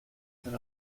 ser